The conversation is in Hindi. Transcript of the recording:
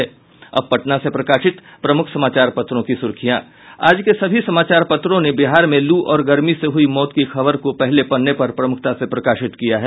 अब पटना से प्रकाशित प्रमुख समाचार पत्रों की सुर्खियां आज के सभी समाचार पत्रों ने बिहार में लू और गर्मी से हुयी मौत की खबर को पहले पन्ने पर प्रमुखता से प्रकाशित किया है